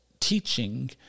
teaching